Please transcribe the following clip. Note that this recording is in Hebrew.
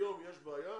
היום יש בעיה